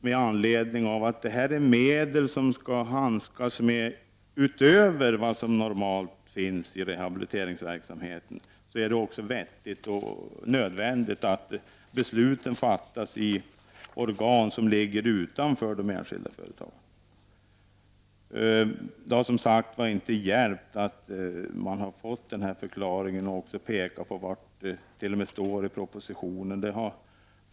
Med anledning av att det rör sig om medel som finns utöver vad som normalt brukar finnas i rehabiliteringsverksamhet, är det också vettigt och nödvändigt att besluten fattas i organ som ligger utanför de enskilda företagen. Som jag tidigare sade har det inte hjälpt att man har fått denna förklaring och att det t.o.m. har visats var det står uttryckt i propositionen.